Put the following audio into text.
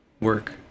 work